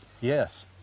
Yes